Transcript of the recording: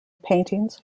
paintings